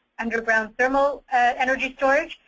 underground thermal energy storage,